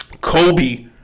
Kobe